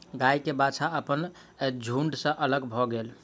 गाय के बाछा अपन झुण्ड सॅ अलग भअ गेल